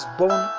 born